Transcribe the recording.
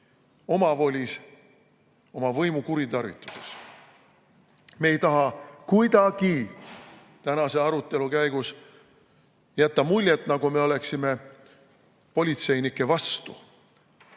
omavoli, võimu kuritarvitamise tõttu. Me ei taha kuidagi tänase arutelu käigus jätta muljet, nagu me oleksime politseinike vastu,